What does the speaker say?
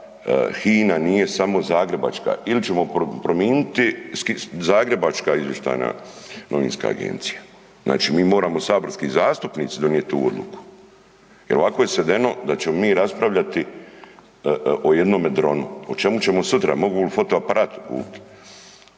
HINA nije samo zagrebačka, ili ćemo prominiti zagrebačka izvještajna novinska agencija. Znači mi moramo saborski zastupnici donijeti tu odluku jer ovako je svedeno da ćemo mi raspravljati o jednom dronu, o čemu ćemo sutra, mogu li fotoaparat kupiti,